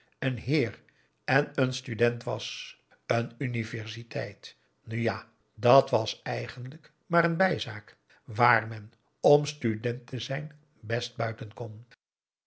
een heer en een student was n universiteit nu ja dat was eigenlijk maar n bijzaak waar men om student te zijn best